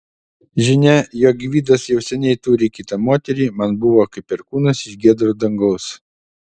žinia jog gvidas jau seniai turi kitą moterį man buvo kaip perkūnas iš giedro dangaus